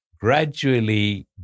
gradually